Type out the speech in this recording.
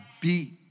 beat